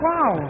Wow